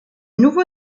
nouveau